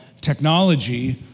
technology